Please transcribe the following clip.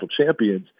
champions